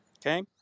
Okay